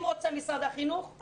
אם רוצה משרד החינוך,